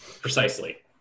precisely